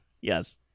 Yes